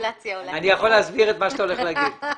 אני יכול להסביר את מה שאתה הולך לומר.